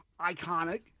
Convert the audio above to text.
iconic